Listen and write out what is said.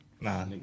nah